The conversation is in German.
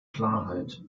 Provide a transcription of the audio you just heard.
klarheit